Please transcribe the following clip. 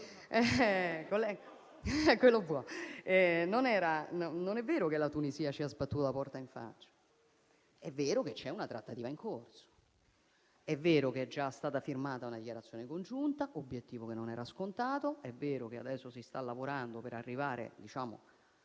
Non è vero che la Tunisia ci ha sbattuto la porta in faccia; è vero che c'è una trattativa in corso; è vero che è già stata firmata una dichiarazione congiunta, obiettivo che non era scontato; è vero che adesso si sta lavorando per arrivare a una iniziativa